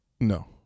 No